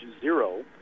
zero